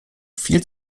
viel